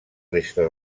restes